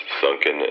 sunken